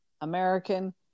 American